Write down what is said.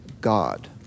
God